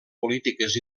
polítiques